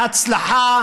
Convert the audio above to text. מהצלחה,